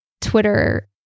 Twitter